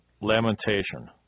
lamentation